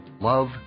love